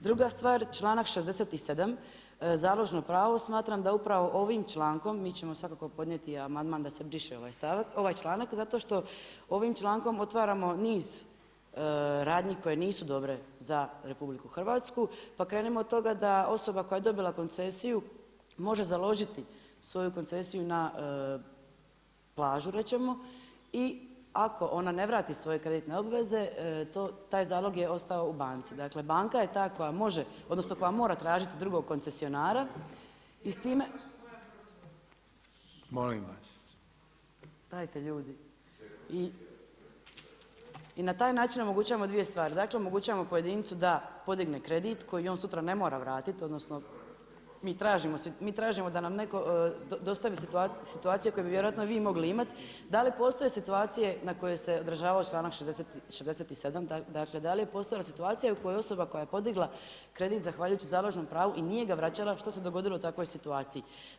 Druga stvar članak 67., založno pravo, smatram da upravo ovim člankom, mi ćemo svakako podnijeti amandman sa se briše ovaj članak, zato što ovim člankom otvaramo niz radnji koje nisu dobre za RH, pa krenimo od toga da osoba koja je dobila koncesiju može založiti svoju koncesiju na plažu, reći ćemo, i ako ona ne vrati svoje kreditne obveze, taj zalog je ostao u banci, dakle banka je ta koja može odnosno koja mora tražiti drugog koncesionara… … [[Upadica se ne čuje.]] [[Upadica Reiner: Molim vas.]] Dajte ljudi… i na taj način omogućavamo dvije stvari, dakle omogućavamo pojedincu da podigne kredit, koji on sutra ne mora vratiti, odnosno mi tražimo da nam netko dostavi situaciju koju bi vjerojatno vi mogli imati, da li postoje situacije na koje se odražava članak 67., dakle da li je postojala situacija u kojoj osoba koja je podigla kredit zahvaljujući založnom pravu i nije ga vraćala, što se dogodilo takvoj situaciji.